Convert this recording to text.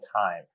time